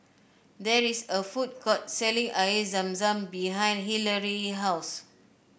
there is a food court selling Air Zam Zam behind Hilary's house